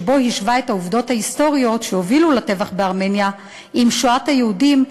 שבו השווה את העובדות ההיסטוריות שהובילו לטבח בארמניה עם שואת היהודים,